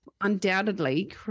undoubtedly